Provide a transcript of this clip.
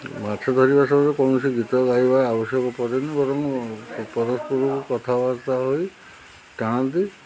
ମାଛ ଧରିବା କୌଣସି ଗୀତ ଗାଇବା ଆବଶ୍ୟକ ପଡ଼େନି ବରଂ ପରସ୍ପର କଥାବାର୍ତ୍ତା ହୋଇ ଟାଣନ୍ତି